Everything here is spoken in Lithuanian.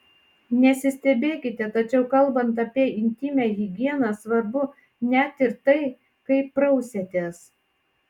nesistebėkite tačiau kalbant apie intymią higieną svarbu net ir tai kaip prausiatės